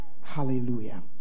hallelujah